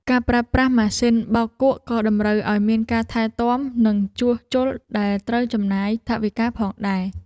ការប្រើប្រាស់ម៉ាស៊ីនបោកគក់ក៏តម្រូវឱ្យមានការថែទាំ និងជួសជុលដែលត្រូវចំណាយថវិកាផងដែរ។